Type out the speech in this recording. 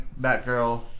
Batgirl